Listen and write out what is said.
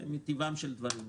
זה מטבעם של דברים.